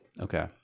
Okay